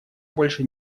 больше